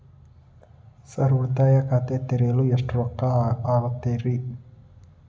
Sir ಉಳಿತಾಯ ಖಾತೆ ತೆರೆಯಲು ಎಷ್ಟು ರೊಕ್ಕಾ ಆಗುತ್ತೇರಿ?